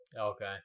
Okay